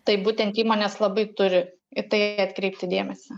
tai būtent įmonės labai turi į tai atkreipti dėmesį